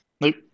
Nope